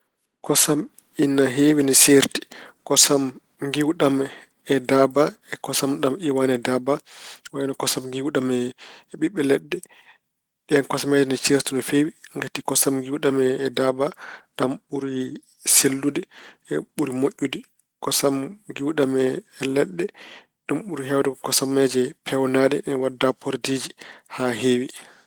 Kosam ina heewi, ina seerti. Kosam giwɗam e daada e kosam ɗam iwaani e daaba wayno kosam giwɗam e ɓiɓɓe leɗɗe. Ɗeen kosameeje ina seerti no feewi. Ngati kosam giwɗam e daada, ɗam ɓuri sellude e ɓuri moƴƴude. Kosam giwɗam e leɗɗe, ɗum ɓuri heewde ko kosameeje peewnaaɗe, ina wadda porodiiji haa heewi.